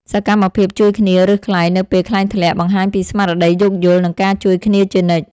សកម្មភាពជួយគ្នារើសខ្លែងនៅពេលខ្លែងធ្លាក់ បង្ហាញពីស្មារតីយោគយល់ និងការជួយគ្នាជានិច្ច។